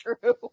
true